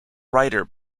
ryder